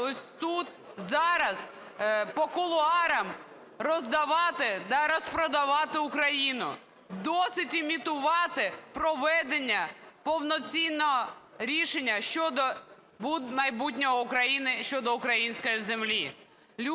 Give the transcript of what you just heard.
ось тут зараз по кулуарах роздавати та розпродавати Україну. Досить імітувати проведення повноцінного рішення щодо майбутнього України, щодо української землі.